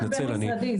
זה שיח בין-משרדי.